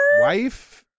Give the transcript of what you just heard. Wife